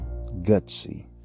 gutsy